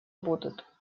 будут